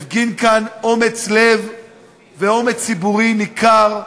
הפגין כאן אומץ לב ואומץ ציבורי ניכר,